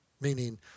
meaning